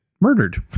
murdered